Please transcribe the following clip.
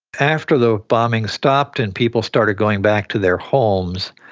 after the bombing stopped and people started going back to their homes,